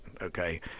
okay